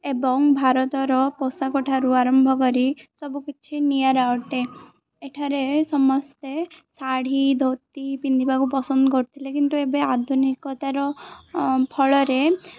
ଏବଂ ଭାରତର ପୋଷାକଠାରୁ ଆରମ୍ଭ କରି ସବୁକିଛି ନିଆରା ଅଟେ ଏଠାରେ ସମସ୍ତେ ଶାଢ଼ୀ ଧୋତି ପିନ୍ଧିବାକୁ ପସନ୍ଦ କରୁଥିଲେ କିନ୍ତୁ ଏବେ ଆଧୁନିକତାର ଫଳରେ